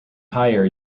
higher